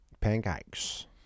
pancakes